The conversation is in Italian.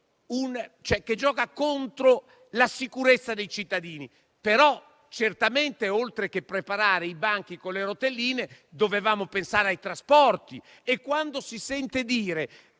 che gioca contro la sicurezza dei cittadini. Certamente, però, oltre a preparare i banchi con le rotelline, dovevamo pensare ai trasporti. Quando sento dire